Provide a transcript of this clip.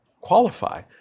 qualify